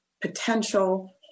potential